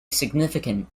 significant